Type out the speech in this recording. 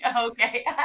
Okay